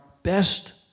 Best